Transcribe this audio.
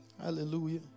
hallelujah